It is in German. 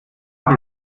das